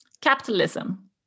Capitalism